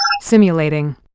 simulating